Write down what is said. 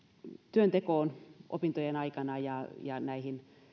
työntekoon opintojen aikana ja näihin